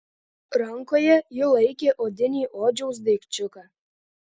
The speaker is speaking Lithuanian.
rankoje ji laikė odinį odžiaus daikčiuką